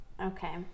Okay